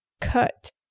cut